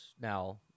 now